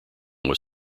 was